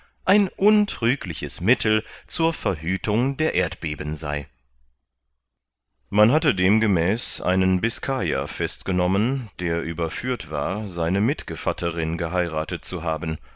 ein untrügliches mittel zur verhütung der erdbeben sei man hatte demgemäß einen biskayer festgenommen der überführt war seine mitgevatterin geheirathet zu haben